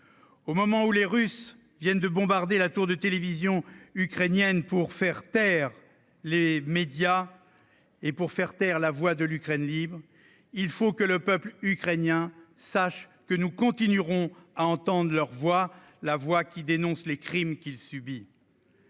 Alors que les Russes viennent de bombarder la tour de la télévision ukrainienne pour faire taire les médias, pour faire taire la voix de l'Ukraine libre, il faut que le peuple ukrainien le sache : nous continuerons d'entendre sa voix, d'entendre la voix dénonçant les crimes qu'il subit.